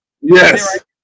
Yes